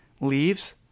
leaves